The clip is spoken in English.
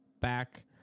back